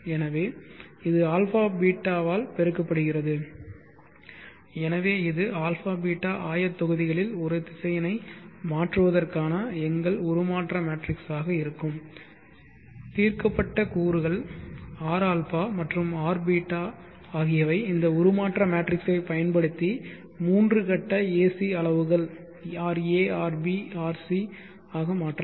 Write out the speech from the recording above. எனவே இது αβ ஆல் பெருக்கப்படுகிறது எனவே இது αβ ஆயத்தொகுதிகளில் ஒரு திசையனை மாற்றுவதற்கான எங்கள் உருமாற்ற மேட்ரிக்ஸாக இருக்கும் தீர்க்கப்பட்ட கூறுகள் rα மற்றும் rβ ஆகியவை இந்த உருமாற்ற மேட்ரிக்ஸைப் பயன்படுத்தி மூன்று கட்ட ஏசி அளவுகள் ra rb rc ஆக மாற்றலாம்